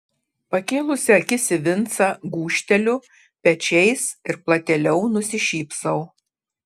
pakėlusi akis į vincą gūžteliu pečiais ir platėliau nusišypsau